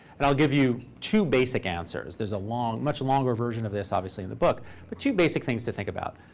and i'll give you two basic answers. there's a much longer version of this, obviously, in the book, but two basic things to think about.